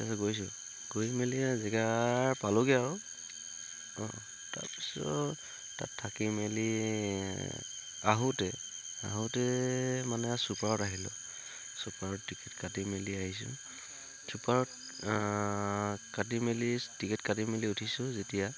গৈ মেলি জেগা পালোঁগে আৰু অঁ তাৰপিছত তাত থাকি মেলি আহোতে আহোতে মানে ছুপাৰত আহিলোঁ ছুপাৰত টিকেট কাটি মেলি আহিছোঁ ছুপাৰত কাটি মেলি টিকেট কাটি মেলি উঠিছোঁ যেতিয়া